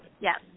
Yes